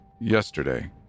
yesterday